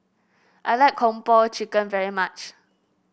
I like Kung Po Chicken very much